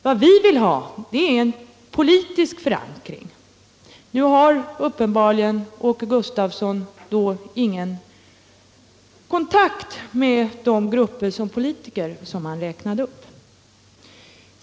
Vad vi vill ha är en politisk förankring. Åke Gustavsson har uppenbarligen ingen kontakt som politiker med de grupper som han räknade upp.